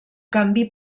canvi